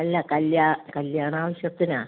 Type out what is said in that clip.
അല്ല കല്യാണം കല്യാണ ആവശ്യത്തിനാണ്